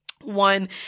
one